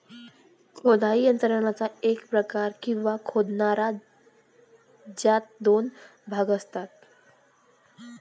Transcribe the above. खोदाई यंत्राचा एक प्रकार, किंवा खोदणारा, ज्यात दोन भाग असतात